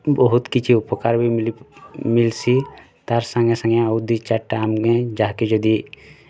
ବହୁତ୍ କିଛି ଉପକାର୍ ବି ମିଲ୍ସି ତା'ର ସାଙ୍ଗେ ସାଙ୍ଗେ ଆଉ ଦି ଚାରଟା ଆମକେ ଯାହାକେ ଯଦି